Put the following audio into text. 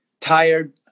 tired